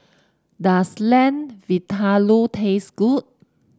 does Lamb Vindaloo taste good